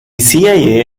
cia